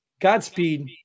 godspeed